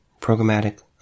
programmatic